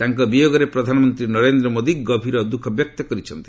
ତାଙ୍କ ବିୟୋଗରେ ପ୍ରଧାନମନ୍ତ୍ରୀ ନରେନ୍ଦ୍ର ମୋଦି ଗଭୀର ଦ୍ୟୁଖ ବ୍ୟକ୍ତ କରିଛନ୍ତି